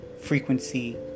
frequency